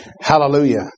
Hallelujah